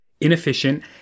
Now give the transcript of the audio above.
inefficient